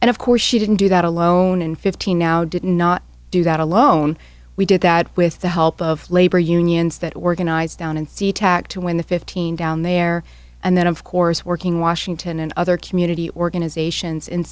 and of course she didn't do that alone and fifty now did not do that alone we did that with the help of labor unions that organized down and sea tac to win the fifteen down there and then of course working washington and other community organizations in